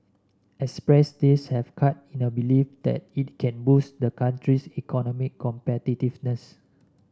excess days have cut in a belief that it can boost the country's economic competitiveness